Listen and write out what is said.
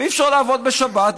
ואי-אפשר לעבוד בשבת,